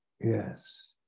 yes